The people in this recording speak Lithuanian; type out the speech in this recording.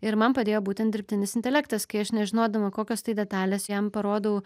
ir man padėjo būtent dirbtinis intelektas kai aš nežinodama kokios tai detalės jam parodau